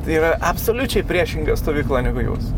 tai yra absoliučiai priešinga stovykla negu jūs